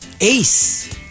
Ace